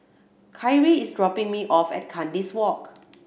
Khari is dropping me off at Kandis Walk